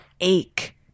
ache